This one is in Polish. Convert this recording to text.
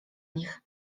nich